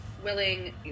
willing